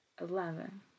eleven